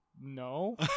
no